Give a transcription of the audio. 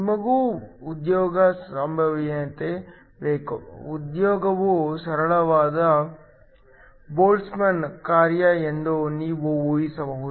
ನಮಗೂ ಉದ್ಯೋಗ ಸಂಭವನೀಯತೆ ಬೇಕು ಉದ್ಯೋಗವು ಸರಳವಾದ ಬೋಲ್ಟ್ಜ್ಮನ್ ಕಾರ್ಯ ಎಂದು ನೀವು ಊಹಿಸಬಹುದು